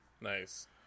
Nice